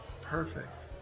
Perfect